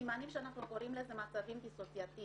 סימנים שאנחנו קוראים לזה מצבים דיסוציאטיביים,